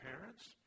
parents